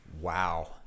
Wow